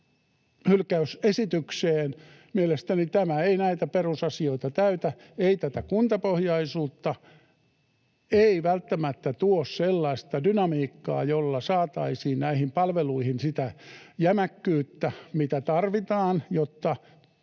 hylkäysesitykseen. Mielestäni tämä ei näitä perusasioita täytä, ei tätä kuntapohjaisuutta, ei välttämättä tuo sellaista dynamiikkaa, jolla saataisiin näihin palveluihin sitä jämäkkyyttä, mitä tarvitaan, jotta